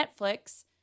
Netflix